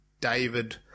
David